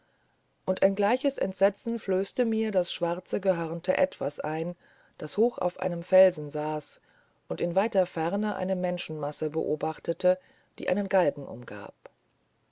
und ein gleiches entsetzen flößte mir das schwarze gehörnte etwas ein das hoch auf einem felsen saß und in weiter ferne eine menschenmasse beobachtete die einen galgen umgab